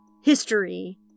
history